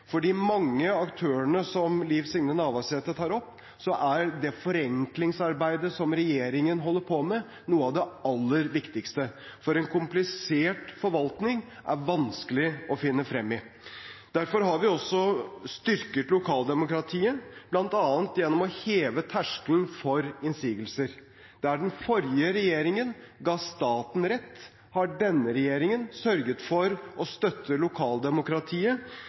For de mange aktørene som Liv Signe Navarsete tar opp, er det forenklingsarbeidet som regjeringen holder på med noe av det aller viktigste, for en komplisert forvaltning er vanskelig å finne frem i. Derfor har vi også styrket lokaldemokratiet, bl.a. gjennom å heve terskelen for innsigelser. Der den forrige regjeringen ga staten rett, har denne regjeringen sørget for å støtte lokaldemokratiet